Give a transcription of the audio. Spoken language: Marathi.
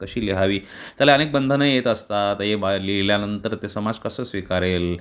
कशी लिहावी त्याला अनेक बंधनं येत असतात हे बाहेर लिहिल्यानंतर ते समाज कसं स्वीकारेल